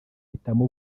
hitamo